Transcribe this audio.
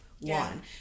one